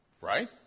Right